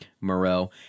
Moreau